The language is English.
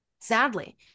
Sadly